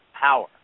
power